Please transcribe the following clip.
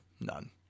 None